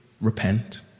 Repent